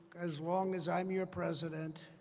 as long as i'm your president,